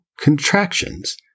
contractions